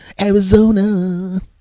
Arizona